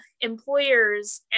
employers